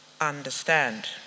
understand